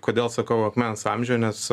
kodėl sakau akmens amžiuje nes